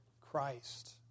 Christ